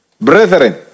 brethren